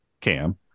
Cam